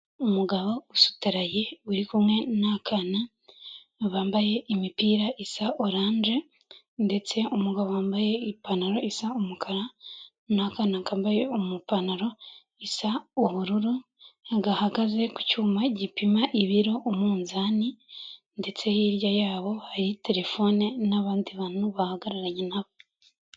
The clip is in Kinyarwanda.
Umugabo usutaraye uri kumwe n'akana bambaye imipira isa oranje ndetse umugabo wambaye ipantaro isa umukara n'akana kambaye umupantaro, isa ubururu gahagaze ku cyuma gipima ibiro, umunzani ndetse hirya yabo hari terefone n'abandi bantu bahagararanye nabo.